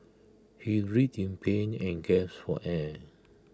he writhed pain and gasped for air